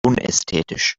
unästhetisch